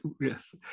yes